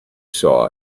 saw